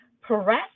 Press